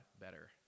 better